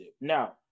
Now